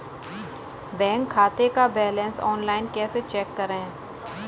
Bank खाते का balance online कैसे चेक करें?